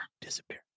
disappear